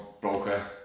broker